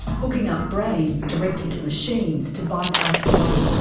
hooking up brains directly to machines to bypass the body. but